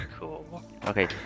Okay